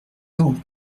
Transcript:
quand